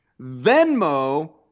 Venmo